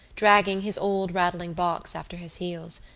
dragging his old rattling box after his heels,